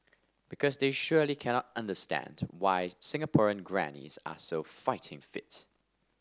because they surely cannot understand why Singaporean grannies are so fighting fit